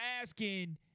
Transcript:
asking